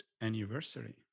anniversary